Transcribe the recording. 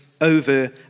over